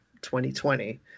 2020